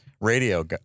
radio